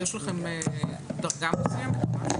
יש לכם דרגה מסוימת?